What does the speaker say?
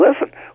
listen